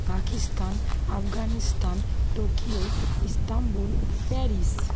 Pakistan Afghanistan Tokyo Istanbul Paris